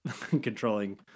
controlling